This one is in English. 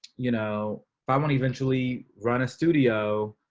you know i want eventually run a studio.